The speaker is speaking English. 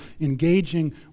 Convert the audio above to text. engaging